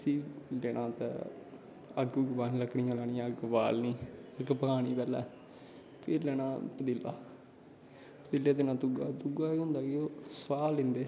उसी लकड़ियां लानियां अग्ग उग्ग बालनी निग्गर बदानी पैह्लैं फिर लैना पतीला पतीले गी देना तुग्गा तुग्ग केह् होंदा कि सुहा लैंदे